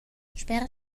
sper